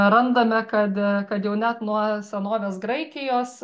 randame kad kad jau net nuo senovės graikijos